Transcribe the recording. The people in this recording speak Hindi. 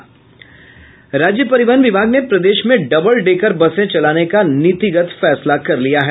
राज्य परिवहन विभाग ने प्रदेश में डबल डेकर बसें चलाने का नीतिगत फैसला कर लिया है